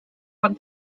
von